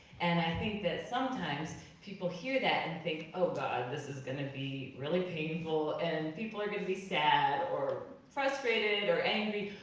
and i think that sometimes people hear that and think, oh god, this is gonna be really painful, and people are gonna be sad, or frustrated, or angry.